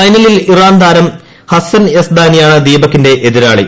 ഫൈനലിൽ ഇറാൻ താരം ഹസ്സൻ യസ്ദാനിയാണ് ദീപകിന്റെ എതിരാളി